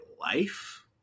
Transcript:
life